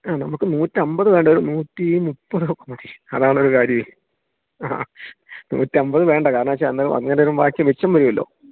ആ നമുക്ക് നൂറ്റി അൻപത് വേണ്ടാ ഒരു നൂറ്റി മുപ്പതൊക്കെ മതി അതാണ് ഒരു കാര്യമേ നൂറ്റി അൻപത് വേണ്ടാ കാരണം വെച്ചാൽ അങ്ങനെ വരുമ്പോൾ ബാക്കി മിച്ചം വരുമല്ലോ